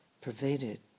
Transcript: pervaded